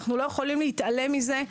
אנחנו לא יכולים להתעלם מזה.